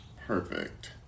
Perfect